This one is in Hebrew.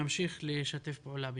נמשיך לשתף פעולה ביחד.